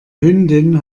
hündin